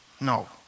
no